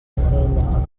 sella